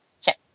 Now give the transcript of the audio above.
check